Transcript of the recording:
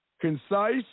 concise